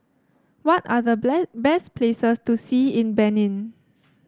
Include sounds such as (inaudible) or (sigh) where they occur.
what are the (unintelligible) best places to see in Benin